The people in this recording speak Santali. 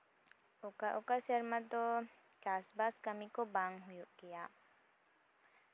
ᱚᱠᱟ ᱚᱠᱟ ᱥᱮᱨᱢᱟ ᱫᱚ ᱪᱟᱥᱼᱵᱟᱥ ᱠᱟᱹᱢᱤ ᱠᱚ ᱵᱟᱝ ᱦᱩᱭᱩᱜ ᱜᱮᱭᱟ